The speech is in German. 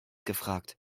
gefragt